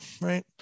right